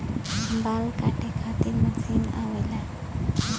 बाल काटे खातिर मशीन आवेला